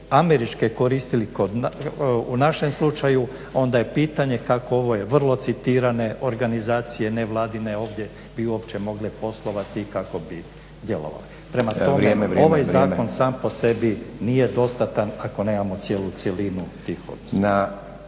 američke koristili u našem slučaju onda je pitanje kako ovo je vrlo citirane organizacije nevladine ovdje bi uopće mogle poslovati i kako bi djelovale. Prema tome ovaj zakon sam po sebi nije dostatan ako nemamo cijelu cjelinu tih odnosa.